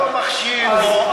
אני לא מחשיד פה,